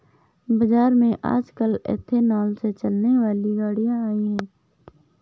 बाज़ार में आजकल एथेनॉल से चलने वाली गाड़ियां आई है